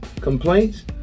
complaints